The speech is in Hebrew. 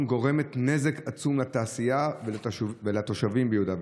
גורם נזק עצום לתעשייה ולתושבים ביהודה ושומרון.